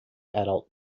adult